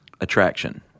attraction